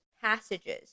passages